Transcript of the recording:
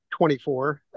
24